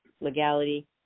legality